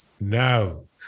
no